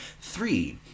three